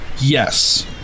Yes